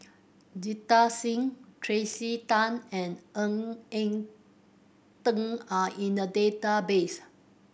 Jita Singh Tracey Tan and Ng Eng Teng are in the database